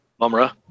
Mumra